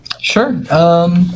Sure